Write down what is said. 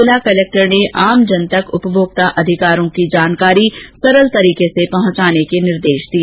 जिला कलेक्टर गुप्ता ने आमजन तक उपभोक्ता अधिकारों की जानकारी सरल तरीके से पहुंचने के निर्देश दिए